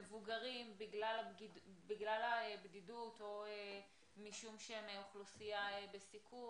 מבוגרים שבגלל הבדידות או משום שהם אוכלוסייה בסיכון,